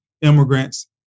immigrants